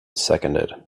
seconded